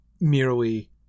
merely